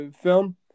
film